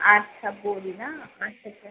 আচ্ছা বড়ি না আচ্ছা আচ্ছা